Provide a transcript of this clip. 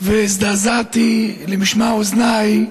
והזדעזעתי למשמע אוזניי.